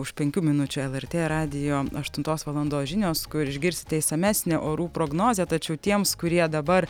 už penkių minučių lrt radijo aštuntos valandos žinios kur išgirsite išsamesnę orų prognozę tačiau tiems kurie dabar